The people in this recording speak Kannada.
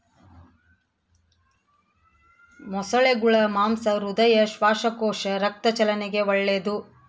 ಮೊಸಳೆಗುಳ ಮಾಂಸ ಹೃದಯ, ಶ್ವಾಸಕೋಶ, ರಕ್ತ ಚಲನೆಗೆ ಒಳ್ಳೆದು